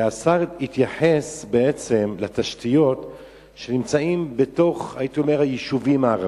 השר התייחס בעצם לתשתיות שנמצאות בתוך היישובים הערביים,